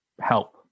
help